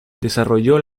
desarrolló